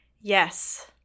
Yes